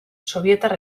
sobietar